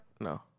No